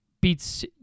beats